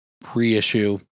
pre-issue